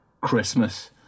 Christmas